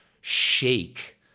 shake